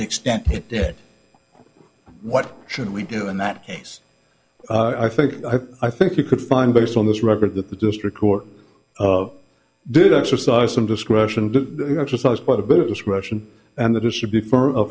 the extent he did what should we do in that case i think i think you could find based on this record that the district court did exercise some discretion to exercise quite a bit of discretion and that it should be